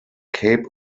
cape